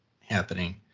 happening